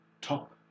top